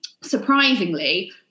surprisingly